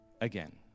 again